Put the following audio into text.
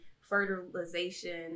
fertilization